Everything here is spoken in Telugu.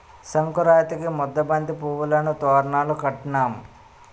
సంకురాతిరికి ముద్దబంతి పువ్వులును తోరణాలును కట్టినాం